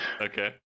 okay